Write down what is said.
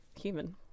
human